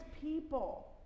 people